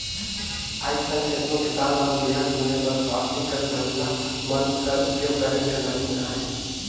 आएज काएल केतनो किसान मन बीहन बुने बर पलास्टिक कर धमेला मन कर उपियोग करे मे लगिन अहे